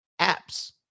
apps